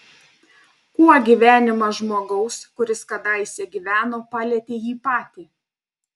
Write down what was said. kuo gyvenimas žmogaus kuris kadaise gyveno palietė jį patį